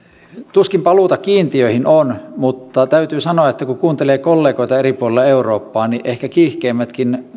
tuskin paluuta kiintiöihin on mutta täytyy sanoa kun kun kuuntelee kollegoita eri puolilla eurooppaa että ehkä kiihkeimmätkin